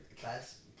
Class